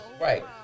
Right